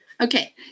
Okay